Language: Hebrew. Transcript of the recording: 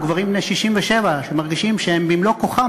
או גברים בני 67 שמרגישים שהם במלוא כוחם,